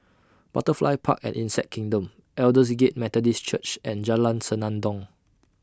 Butterfly Park and Insect Kingdom Aldersgate Methodist Church and Jalan Senandong